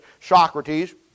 Socrates